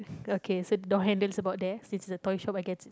okay so door handles about there since the toy shop I guess